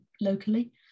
locally